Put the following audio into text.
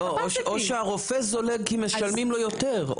לא, או שהרופא זולג כי משלמים לו יותר.